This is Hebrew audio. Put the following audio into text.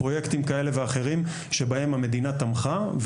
פרויקטים כאלה ואחרים שבהם המדינה תמכה,